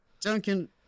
duncan